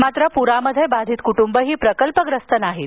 मात्र पुरामध्ये बाधित कुटूंबे प्रकल्पग्रस्त नाहीत